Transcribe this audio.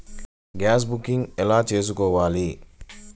Gas booking ఎలా చేసుకోవాలి?